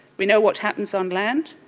we know what happens on land.